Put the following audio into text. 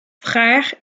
frères